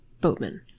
boatman